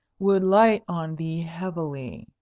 would light on thee heavily.